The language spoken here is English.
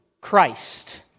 Christ